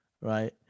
right